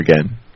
again